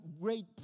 great